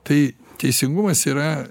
tai teisingumas yra